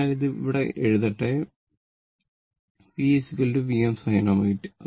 അതിനാൽ ഇത് ഇവിടെ എഴുതട്ടെ V Vm sin ω t